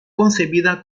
concebida